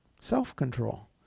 Self-control